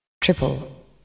triple